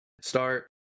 start